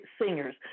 singers